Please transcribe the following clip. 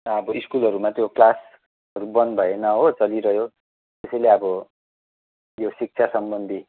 अब स्कुलहरूमा त्यो क्लासहरू बन भएन हो चलिरह्यो यसैले अब यो शिक्षा सम्बन्धी